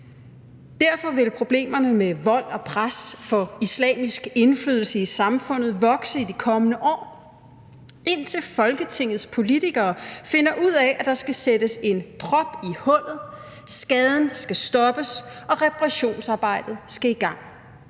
Derfor vil problemerne med vold og pres for islamisk indflydelse i samfundet vokse i de kommende år, indtil Folketingets politikere finder ud af, at der skal sættes en prop i hullet. Skaden skal stoppes, og reparationsarbejdet skal i gang.